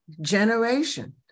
generation